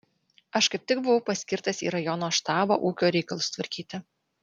aš kaip tik buvau paskirtas į rajono štabą ūkio reikalus tvarkyti